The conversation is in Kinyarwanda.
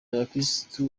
abakristo